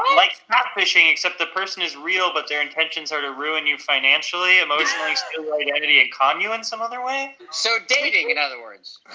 like catfishing, except the person is real, but their intentions are to ruin you financially, emotionally, steal your identity and con you in some other way so dating, in other words